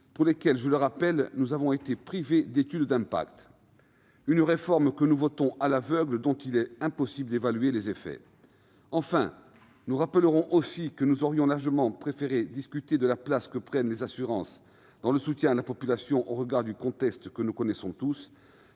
vous rappelle d'ailleurs que nous avons été privés d'une étude d'impact. Nous votons donc à l'aveugle une réforme dont il est impossible d'évaluer les effets ! Enfin, rappelons aussi que nous aurions largement préféré discuter de la place que prennent les assurances dans le soutien à la population au regard du contexte que nous connaissons tous.